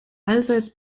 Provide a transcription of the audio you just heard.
allseits